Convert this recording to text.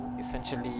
essentially